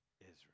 Israel